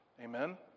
Amen